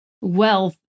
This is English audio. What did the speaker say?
wealth